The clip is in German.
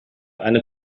eine